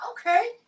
Okay